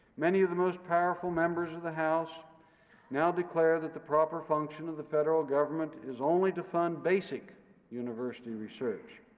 many of the most powerful members of the house now declare that the proper function of the federal government is only to fund basic university research.